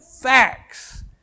Facts